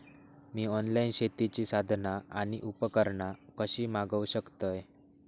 मी online शेतीची साधना आणि उपकरणा कशी मागव शकतय?